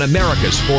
America's